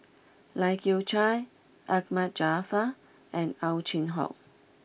Lai Kew Chai Ahmad Jaafar and Ow Chin Hock